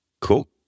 Cool